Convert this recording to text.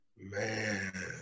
Man